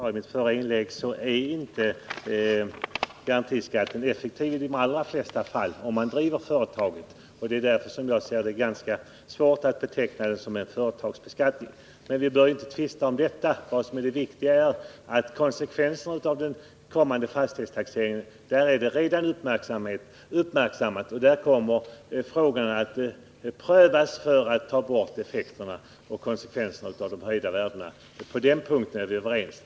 Fru talman! Som jag sade i mitt förra inlägg är garantiskatten i de flesta fall inte effektiv när det gäller företagen. Därför är det, som jag ser det, svårt att beteckna denna skatt som en företagsbeskattning. Vi skall emellertid inte tvista om detta. Det viktiga är att konsekvenserna av denna skatt med hänsyn till den kommande fastighetstaxeringen redan är uppmärksammade. Utredningarna kommer att framlägga förslag hur man skall mildra effekterna av de höjda värdena. På den punkten är vi överens.